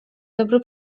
dobry